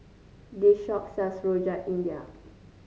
this shop sells Rojak India